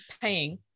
paying